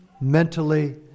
mentally